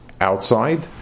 outside